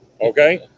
Okay